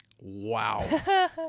Wow